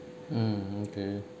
mm okay